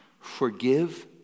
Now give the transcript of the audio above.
forgive